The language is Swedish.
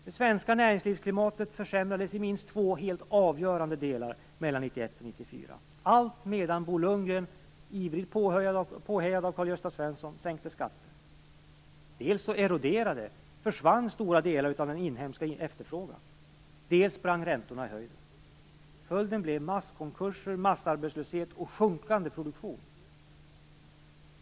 Det svenska näringslivsklimatet försämrades i minst två helt avgörande delar mellan 1991 och 1994, allt medan Bo Lundgren, ivrigt påhejad av Karl-Gösta Svenson, sänkte skatter. Dels eroderade, försvann, stora delar av den inhemska efterfrågan, dels sprang räntorna i höjden. Följden blev masskonkurser, massarbetslöshet och sjunkande produktion.